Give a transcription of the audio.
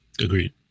Agreed